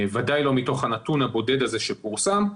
ודאי לא מתוך הנתון הבודד הזה שפורסם,